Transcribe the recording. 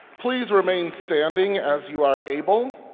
please remain standing as you are able,